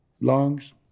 lungs